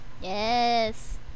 Yes